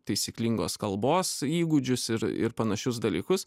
taisyklingos kalbos įgūdžius ir ir panašius dalykus